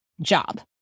job